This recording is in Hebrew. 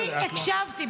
אני הקשבתי.